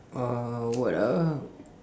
uh what ah